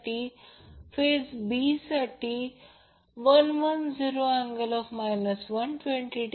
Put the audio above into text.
तर system balanced आहे म्हणून सिंगल फेज विश्लेषण पुरेसे आहे